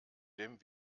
dem